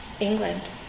England